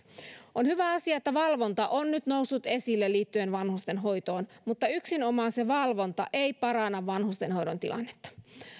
on hyvä asia että nyt on noussut esille valvonta liittyen vanhustenhoitoon mutta yksinomaan se valvonta ei paranna vanhustenhoidon tilannetta